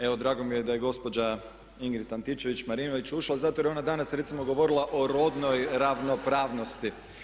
Evo drago mi je da gospođa Ingrid Antičević Marinović ušla zato jer je ona danas recimo govorila o rodnoj ravnopravnosti.